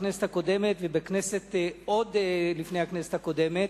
בכנסת הקודמת ובכנסת שעוד לפני הכנסת הקודמת,